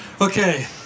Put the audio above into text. okay